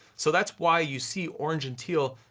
so that's why you see orange and teal,